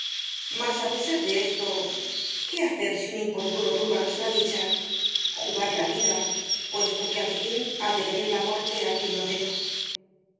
mas á pesar de esto qué hacer si un importuno turba nuestra dicha jugar la vida puesto que al fin ha de venir la muerte á quien no temo